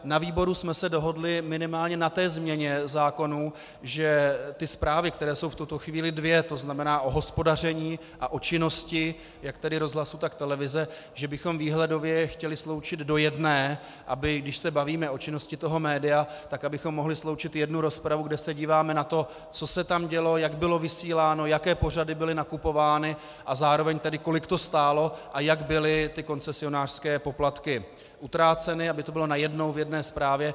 Na výboru jsme dohodli minimálně na té změně zákonů, že zprávy, které jsou v tuto chvíli dvě, to znamená o hospodaření a o činnosti jak rozhlasu, tak televize, že bychom je výhledově chtěli sloučit do jedné, abychom, když se bavíme o činnosti toho média, mohli sloučit jednu rozpravu, kde se díváme na to, co se tam dělo, jak bylo vysíláno, jaké pořady byly nakupovány a zároveň tedy kolik to stálo a jak byly koncesionářské poplatky utráceny, aby to bylo najednou v jedné zprávě.